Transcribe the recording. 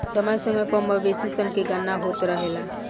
समय समय पर मवेशी सन के गणना होत रहेला